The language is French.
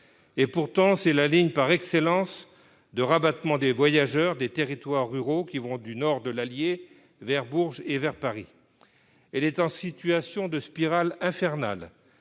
et pourtant c'est la ligne par excellence de rabattement des voyageurs des territoires ruraux, qui vont du nord de l'Allier vers Bourges et vers Paris, elle est en situation de spirale infernale,